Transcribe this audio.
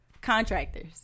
contractors